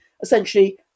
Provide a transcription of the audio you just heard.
Essentially